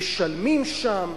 משלמים שם.